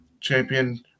champion